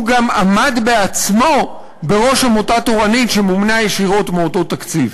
הוא גם עמד בעצמו בראש עמותה תורנית שמומנה ישירות מאותו תקציב.